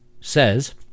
says